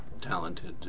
Talented